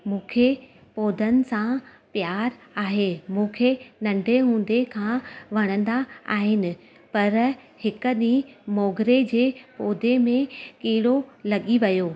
मूंखे पौधनि सां प्यारु आहे मूंखे नंढे हूंदे खां वणंदा आहिनि पर हिकु ॾींहुं मोगरे जे पौधे में कीड़ो लॻी वियो